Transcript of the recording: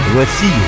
Voici